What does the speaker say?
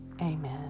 Amen